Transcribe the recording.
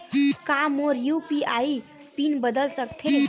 का मोर UPI PIN बदल सकथे?